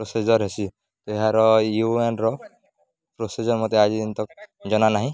procedure ହେସି ଏହାର ୟୁଏଏନ୍ର ପ୍ରୋସିଜର୍ ମୋତେ ଆଜି ଜନା ନାହିଁ